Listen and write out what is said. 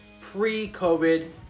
Pre-COVID